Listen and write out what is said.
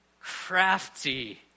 Crafty